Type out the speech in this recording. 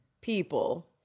people